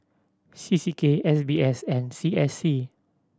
C C K S B S and C S C